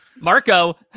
marco